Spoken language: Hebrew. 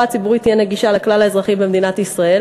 הציבורית תהיה נגישה לכלל האזרחים במדינת ישראל,